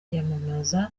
kwiyamamaza